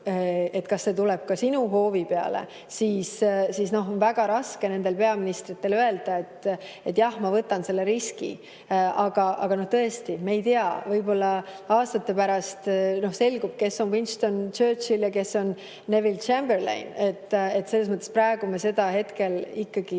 toimub, tuleb ka sinu hoovi peale, siis on väga raske nendel peaministritel öelda, et jah, ma võtan selle riski. Aga tõesti, me ei tea. Võib‑olla aastate pärast selgub, kes on Winston Churchill ja kes on Neville Chamberlain. Praegu me seda ikkagi